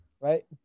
right